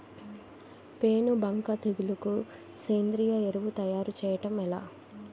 పేను బంక తెగులుకు సేంద్రీయ ఎరువు తయారు చేయడం ఎలా?